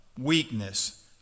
weakness